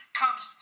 comes